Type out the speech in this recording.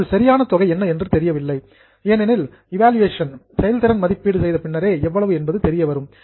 இப்போது சரியான தொகை என்ன என்று தெரியவில்லை ஏனெனில் பர்பாமன்ஸ் இவால்யூவேசன் செயல்திறன் மதிப்பீடு செய்த பின்னரே எவ்வளவு என்பது தெரியவரும்